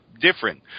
different